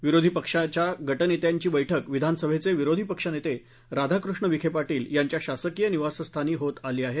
विरोधी पक्षाच्या गटनेत्यांची बैठक विधानसभेचे विरोधी पक्षनेते राधाकृष्ण विखे पाटील यांच्या शासकीय निवासस्थानी होतत आली आहे